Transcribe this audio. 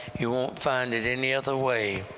you won't find it any other way.